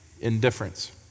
indifference